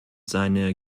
seine